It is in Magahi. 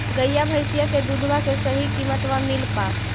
गईया भैसिया के दूधबा के सही किमतबा मिल पा?